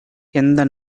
எந்த